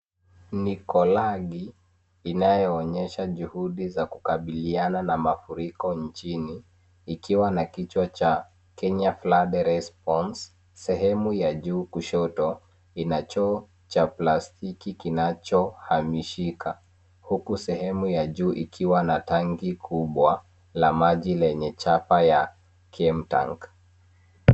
Ni kolagi inayoonyesha juhudi za kukabiliana na mafuriko nchini ikiwa na kichwa cha Kenya flood response . Sehemu ya juu kushoto ina choo cha plastiki kinachohamishika huku sehemu ya juu ikiwa na tanki kubwa la maji lenye chapa ya kemtank .